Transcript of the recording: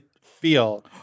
feel